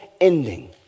ending